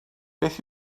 beth